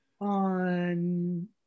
on